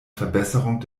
verbesserung